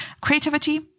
Creativity